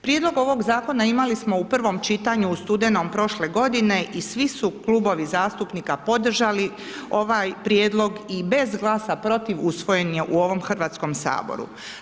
Prijedlog ovog zakona imali smo u prvom čitanju u studenom prošle godine i svi su klubovi zastupnika podržali ovaj prijedlog i bez glasa protiv usvojen je u ovom Hrvatskom saboru.